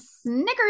Snickers